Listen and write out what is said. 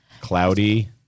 Cloudy